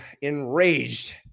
enraged